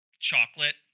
chocolate